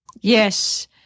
Yes